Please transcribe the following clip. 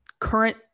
current